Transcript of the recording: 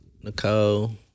Nicole